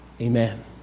amen